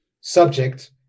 subject